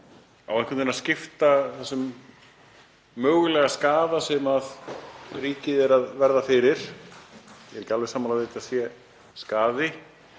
einhvern veginn að skipta þessum mögulega skaða sem ríkið er að verða fyrir. Ég er ekki alveg sammála því að þetta sé skaði,